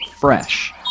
fresh